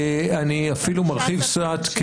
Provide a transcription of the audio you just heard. אני אפילו מרחיב קצת,